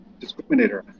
discriminator